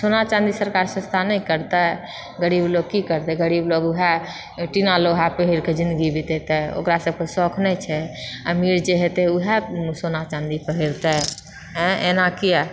सोना चाँदी सरकार सस्ता नहि करतय गरीब लोग की करतै गरीब लोग उहए टीना लोहा पहिरकऽ जिन्दगी बितेतय ओकरासभकऽ शौक नहि छै अमीर जे हेतय उहए सोना चाँदी पहिरतय आँय एना किआ